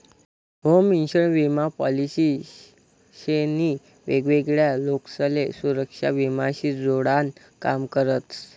home insurance विमा policy शे नी वेगवेगळा लोकसले सुरेक्षा विमा शी जोडान काम करतस